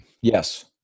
Yes